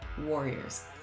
warriors